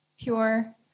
pure